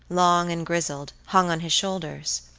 long and grizzled, hung on his shoulders.